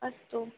अस्तु